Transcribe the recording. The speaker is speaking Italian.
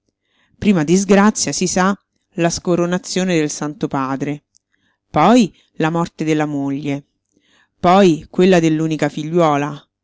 prima disgrazia si sa la scoronazione del santo padre poi la morte della moglie poi quella dell'unica figliuola